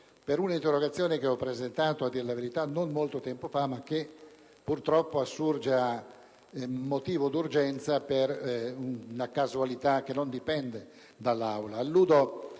nuova finestra") che ho presentato, per la verità, non molto tempo fa, ma che purtroppo assurge a motivo di urgenza per una casualità che non dipende dall'Aula.